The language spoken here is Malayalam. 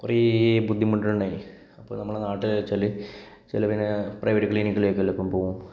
കുറെ ബുദ്ധിമുട്ടുണ്ടായിരുന്നു അപ്പം നമ്മളുടെ നാട്ടില് വെച്ചാല് ചില പിന്നെ പ്രൈവറ്റ് ക്ലിനിക്കിലേക്കെല്ലാം അപ്പോൾ പോകും